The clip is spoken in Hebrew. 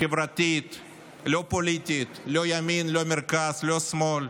חברתית, לא פוליטית, לא ימין, לא מרכז, לא שמאל,